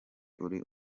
uri